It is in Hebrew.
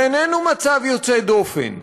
זה איננו מצב יוצא דופן.